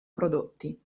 prodotti